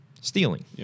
Stealing